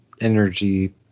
energy